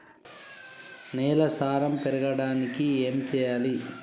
నేల సారం పెరగడానికి ఏం చేయాలి?